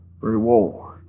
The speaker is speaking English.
reward